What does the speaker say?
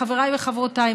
חבריי וחברותיי,